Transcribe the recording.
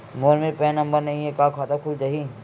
मोर मेर PAN number नई हे का खाता खुल जाही?